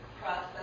process